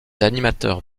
animateurs